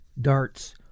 Dart's